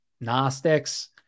gnostics